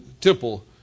temple